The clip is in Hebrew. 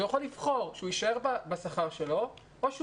הוא יכול לבחור להישאר בשכר שלו או שהוא